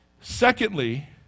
Secondly